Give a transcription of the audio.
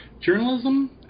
journalism